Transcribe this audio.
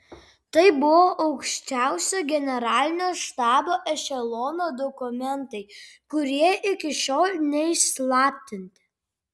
tai buvo aukščiausio generalinio štabo ešelono dokumentai kurie iki šiol neišslaptinti